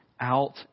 Out